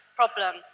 problem